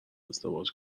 ازدواج